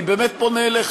אני באמת פונה אליך,